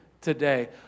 today